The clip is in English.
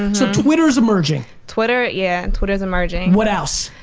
and so twitter's emerging? twitter, yeah, twitter's emerging. what else?